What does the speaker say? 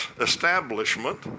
establishment